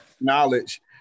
knowledge